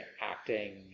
acting